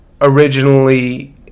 originally